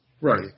right